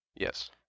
Yes